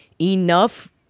enough